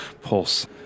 Pulse